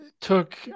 took